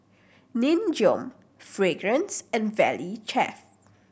Nin Jiom Fragrance and Valley Chef